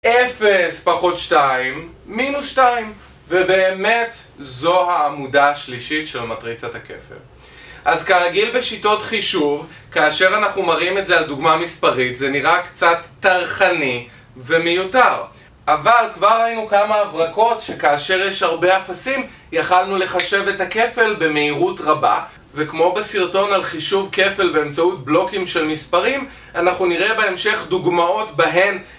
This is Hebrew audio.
אפס פחות שתיים, מינוס שתיים. ובאמת, זו העמודה השלישית של מטריצת הכפל. אז כרגיל בשיטות חישוב, כאשר אנחנו מראים את זה על דוגמה מספרית, זה נראה קצת טרחני, ומיותר. אבל, כבר ראינו כמה הברקות, שכאשר יש הרבה אפסים, יכלנו לחשב את הכפל במהירות רבה. וכמו בסרטון על חישוב כפל באמצעות בלוקים של מספרים, אנחנו נראה בהמשך דוגמאות בהן,